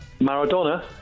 Maradona